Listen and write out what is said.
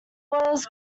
was